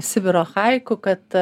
sibiro haiku kad